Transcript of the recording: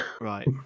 Right